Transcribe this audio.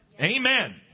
Amen